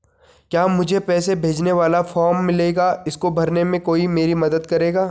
क्या मुझे पैसे भेजने वाला फॉर्म मिलेगा इसको भरने में कोई मेरी मदद करेगा?